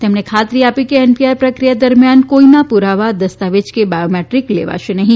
તેમણે ખાત્રી આપી કે એનપીઆર પ્રક્રિયા દરમિયાન કોઇના પુરાવા દસ્તાવેજ કે બાયોમેદ્રીક લેવાશે નહી